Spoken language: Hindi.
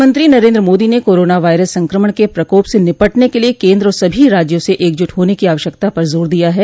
प्रधानमंत्री नरेन्द्र मोदी ने कोरोना वायरस संक्रमण के प्रकोप से निपटने के लिये केन्द्र और सभी राज्यों से एकजुट होने की आवश्यकता पर जोर दिया है